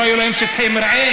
לא היו להם שטחי מרעה?